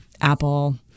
Apple